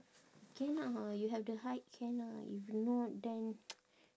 cannot ha you have the height can ah if not then